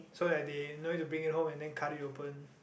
so that they no to need to bring it home and then cut it open